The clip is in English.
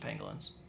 pangolins